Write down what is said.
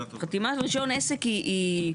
חתימה על רישיון עסק היא,